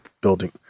building